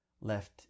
left